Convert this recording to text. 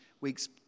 week's